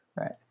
Right